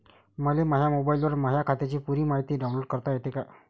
मले माह्या मोबाईलवर माह्या खात्याची पुरी मायती डाऊनलोड करता येते का?